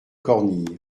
cornille